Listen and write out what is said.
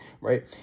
right